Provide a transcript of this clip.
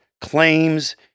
claims